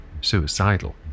suicidal